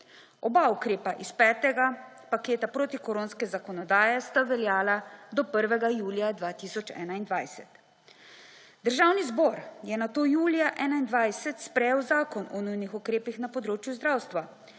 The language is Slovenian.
Oba ukrepa iz petega paketa protikoronske zakonodaje sta veljala do 1. julija 2021. Državni zbor je na to julija 2021 sprejel zakon o nujnih ukrepih na področju zdravstva,